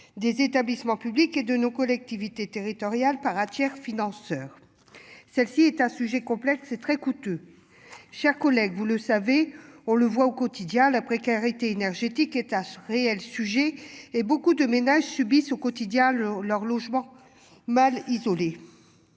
Des établissements publics et de nos collectivités territoriales par Chair financeurs. Celle-ci est un sujet complexe et très coûteux. Chers collègues, vous le savez on le voit au quotidien la précarité énergétique et réel sujet et beaucoup de ménages subissent au quotidien leur logement. Mal isolé.